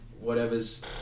whatever's